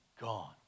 gone